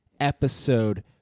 episode